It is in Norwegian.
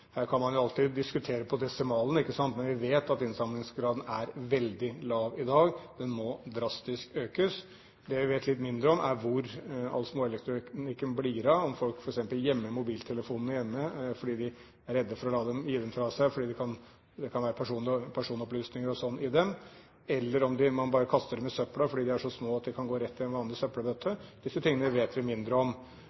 Her kan man alltid diskutere på desimalen, ikke sant, men vi vet at innsamlingsgraden er veldig lav i dag. Den må drastisk økes. Det vi vet litt mindre om, er hvor all småelektronikken blir av, om folk f.eks. gjemmer mobiltelefonene hjemme fordi de er redde for å gi dem fra seg fordi det kan være personopplysninger og slikt i dem, eller om man bare kaster dem i søpla fordi de er så små at de kan gå rett i en